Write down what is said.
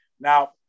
now